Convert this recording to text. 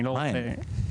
אני לא רוצה --- מה הן?